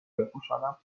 بپوشانم